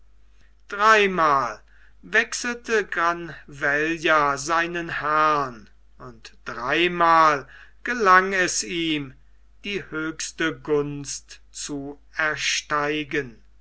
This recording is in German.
dreimal wechselte granvella seinen herrn und dreimal gelang es ihm die höchste gunst zu ersteigen